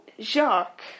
Jacques